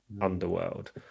Underworld